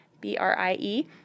B-R-I-E